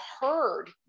heard